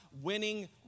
winning